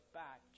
back